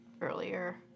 earlier